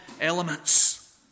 elements